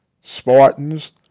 Spartans